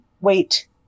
wait